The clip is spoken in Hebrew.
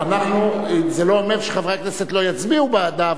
זה לא אומר שחברי הכנסת לא יצביעו בעדה,